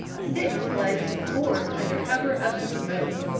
six fled to the fort under cover of the smoke,